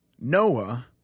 Noah